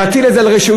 להטיל את זה על רשויות?